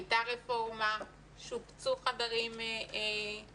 הייתה רפורמה, שופצו חדרים בפנימיות.